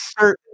certain